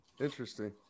interesting